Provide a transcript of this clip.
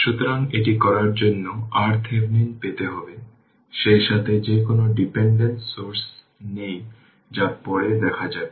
সুতরাং এটি করার জন্য RThevenin পেতে হবে সেইসাথে যে কোনও ডিপেন্ডেন্ট সোর্স নেই যা পরে দেখা যাবে